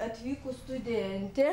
atvykus studentė